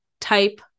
type